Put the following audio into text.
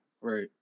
right